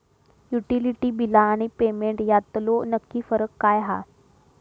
Utility बिला आणि payment यातलो नक्की फरक काय हा?